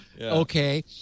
Okay